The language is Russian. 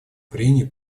прений